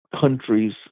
countries